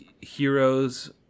heroes